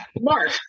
Mark